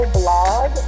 blog